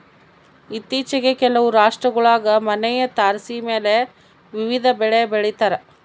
ಇತ್ತೀಚಿಗೆ ಕೆಲವು ರಾಷ್ಟ್ರಗುಳಾಗ ಮನೆಯ ತಾರಸಿಮೇಲೆ ವಿವಿಧ ಬೆಳೆ ಬೆಳಿತಾರ